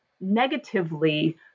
negatively